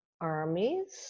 armies